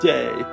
Day